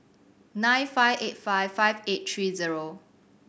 nine five eight five five eight three zero